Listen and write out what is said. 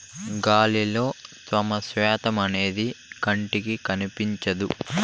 గాలిలో త్యమ శాతం అనేది కంటికి కనిపించదు